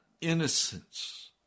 innocence